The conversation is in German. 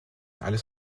alles